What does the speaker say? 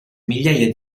migliaia